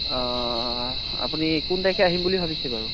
অঁ আপুনি কোন তাৰিখে আহিম বুলি ভাবিছে বাৰু